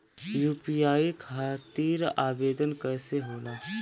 UPI खातिर आवेदन कैसे होला?